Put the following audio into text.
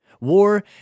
War